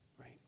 Right